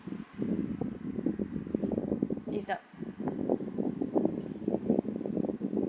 is the